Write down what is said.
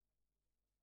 שעוד לא סיימנו.